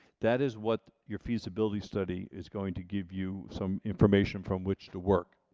that is what your feasibility study is going to give you some information from which to work.